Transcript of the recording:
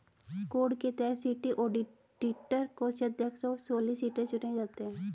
code के तहत city auditor, कोषाध्यक्ष और सॉलिसिटर चुने जाते हैं